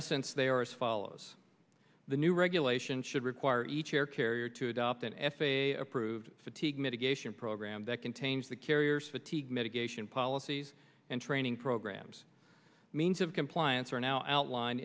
essence the or as follows the new regulations should require each air carrier to adopt an f a a approved fatigue mitigation program that contains the carriers fatigue mitigation policies and training programs means of compliance are now outline